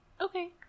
Okay